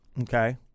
okay